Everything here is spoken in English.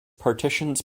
partitions